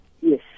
Yes